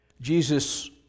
Jesus